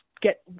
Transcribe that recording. get